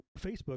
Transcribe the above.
Facebook